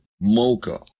mocha